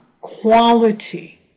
quality